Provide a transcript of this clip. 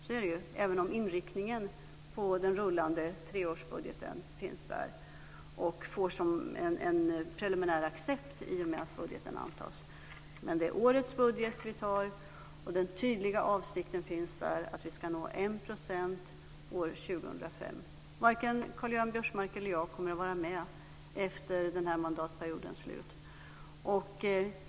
Så är det även om inriktningen på den rullande treårsbudgeten finns där och får preliminär accept i och med att budgeten antas. Men det är årets budget vi antar, och den tydliga avsikten finns där att vi ska nå 1 % år 2005. Varken Karl-Göran Biörsmark eller jag kommer att vara med efter den här mandatperiodens slut.